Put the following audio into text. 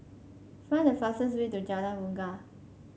find the fastest way to Jalan Bungar